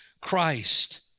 Christ